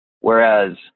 whereas